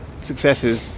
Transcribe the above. successes